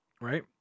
Right